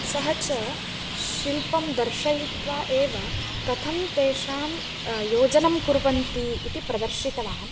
सः च शिल्पं दर्शयित्वा एव कथं तेषां योजनं कुर्वन्ति इति प्रदर्शितवान्